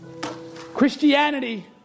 Christianity